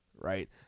right